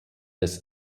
this